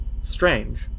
strange